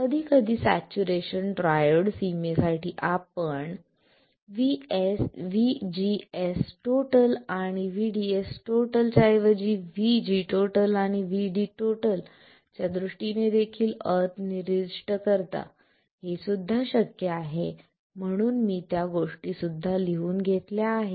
कधीकधी saturation triode सीमेसाठी आपण VGS आणि VDS च्या ऐवजी VG आणि VDच्यादृष्टीने देखील अट निर्दिष्ट करता हेसुद्धा शक्य आहे म्हणून मी त्या गोष्टी सुद्धा लिहून घेतल्या आहेत